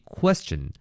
question